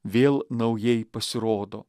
vėl naujai pasirodo